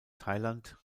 thailand